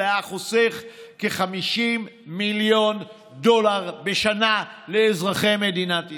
זה היה חוסך כ-50 מיליון דולר בשנה לאזרחי מדינת ישראל.